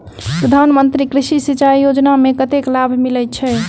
प्रधान मंत्री कृषि सिंचाई योजना मे कतेक लाभ मिलय छै?